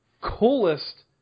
coolest